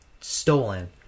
stolen